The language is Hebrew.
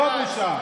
זו בושה.